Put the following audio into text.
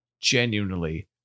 genuinely